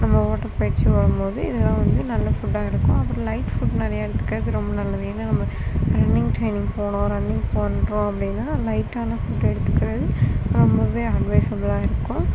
நம்ம ஓட்ட பயிற்சி ஓடும் போது இதெலாம் வந்து நல்ல ஃபுட்டாக இருக்கும் அப்புறம் லைட் ஃபுட் நிறையா எடுத்துக்கிறது ரொம்ப நல்லது ஏன்னால் நம்ம ரன்னிங் ட்ரைனிங் போனோம் ரன்னிங் பண்ணுறோம் அப்படின்னா லைட்டான ஃபுட் எடுத்துக்கிறது ரொம்பவே அட்வைஸபுலாக இருக்கும்